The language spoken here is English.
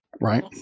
right